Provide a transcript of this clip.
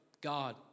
God